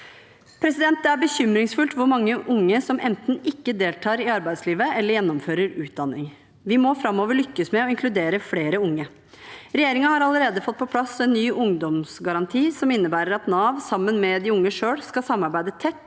landet. Det er bekymringsfullt hvor mange unge som enten ikke deltar i arbeidslivet eller gjennomfører utdanning. Framover må vi lykkes med å inkludere flere unge. Regjeringen har allerede fått på plass en ny ungdomsgaranti som innebærer at Nav sammen med de unge selv skal samarbeide tett